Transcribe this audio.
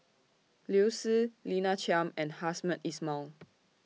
Liu Si Lina Chiam and Hamed Ismail